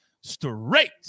straight